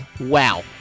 wow